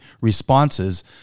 responses